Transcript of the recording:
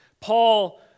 Paul